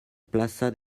plaça